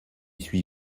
suis